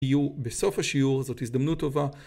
תהיו בסוף השיעור, זאת הזדמנות טובה.